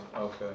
okay